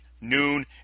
noon